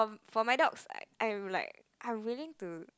for my dogs I would like I'm willing to